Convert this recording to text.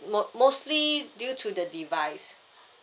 mo~ mostly due to the device